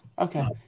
okay